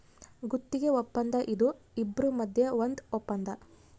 ಗುತ್ತಿಗೆ ವಪ್ಪಂದ ಇದು ಇಬ್ರು ಮದ್ಯ ಒಂದ್ ವಪ್ಪಂದ